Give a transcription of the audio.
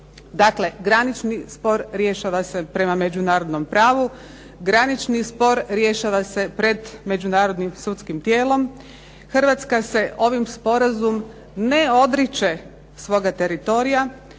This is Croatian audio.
Dakle, granični spor rješava se prema međunarodnom pravu, granični spor rješava se pred međunarodnim sudskim tijelom. Hrvatska se ovim sporazumom ne odriče svoga teritorija.